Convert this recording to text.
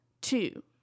Two